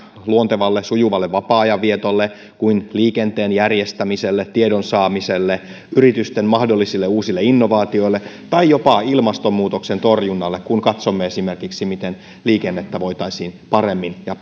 luontevalle sujuvalle vapaa ajan vietolle kuin liikenteen järjestämiselle tiedon saamiselle yritysten mahdollisille uusille innovaatioille tai jopa ilmastonmuutoksen torjunnalle kun katsomme esimerkiksi miten liikennettä voitaisiin paremmin ja